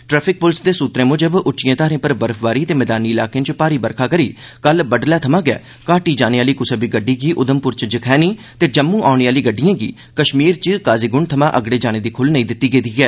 traffic पुलस दे सुत्तरें मुजब उच्चिए धारें पर बर्फबारी ते मैदानी इलाकें च भारी बरखा करी कल बड्डलै थमां गै घाटी जाने आह्ली कुसा बी गड्डी गी उघमपुर च जखैनी ते जम्मू औने आह्ली गड्डिएं गी कश्मीर च काजीगुंड थमां अगड़े जाने दी खुल्ल नेई दित्ती गेदी ऐ